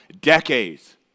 decades